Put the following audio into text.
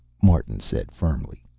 martin said firmly.